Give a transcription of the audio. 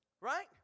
Right